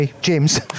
James